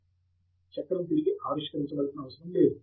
professor Arun Tangirala చక్రం తిరిగి ఆవిష్కరించనవసరం లేదు